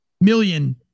million